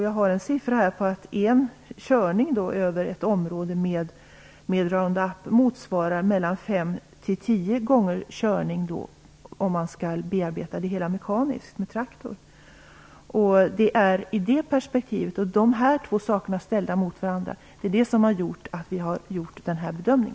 Jag har en siffra på att en körning över ett område med Round Up motsvarar mellan fem och tio körningar om man skall bearbeta det hela mekaniskt med traktor. Det perspektivet - de två sakerna ställda mot varandra - har fått oss att göra denna bedömning.